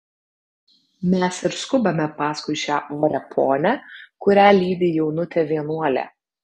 mes ir skubame paskui šią orią ponią kurią lydi jaunutė vienuolė